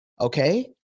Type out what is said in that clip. Okay